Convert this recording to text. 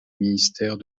ministère